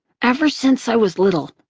ever since i was little,